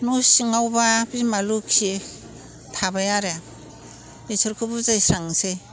न' सिङावबा बिमा लखि थाबाय आरो बिसोरखौ बुजायस्रांसै